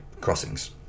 crossings